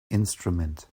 instrument